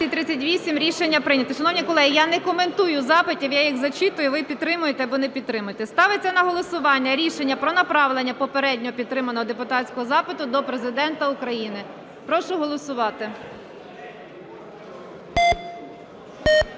За-238 Рішення прийнято. Шановні колеги, я не коментую запитів, я їх зачитую – ви підтримуєте або не підтримуєте. Ставиться на голосування рішення про направлення попередньо підтриманого депутатського запиту до Президента України. Прошу голосувати.